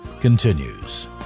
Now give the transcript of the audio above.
continues